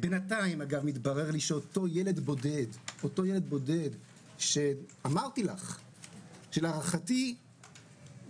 בינתיים מתברר לי שאותו ילד בודד שאמרתי לך שלהערכתי